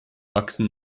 wachsen